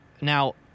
Now